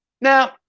now